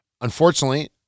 Unfortunately